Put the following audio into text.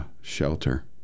shelter